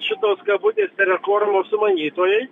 šitos kabutėse reformos sumanytojai